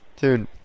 Dude